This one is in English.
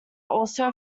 also